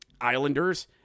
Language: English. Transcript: Islanders